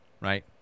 right